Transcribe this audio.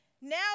Now